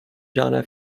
john